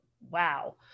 wow